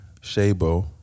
Shabo